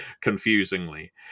confusingly